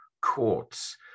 courts